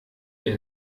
ihr